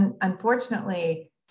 Unfortunately